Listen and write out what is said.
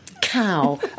cow